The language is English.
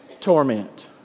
torment